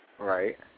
Right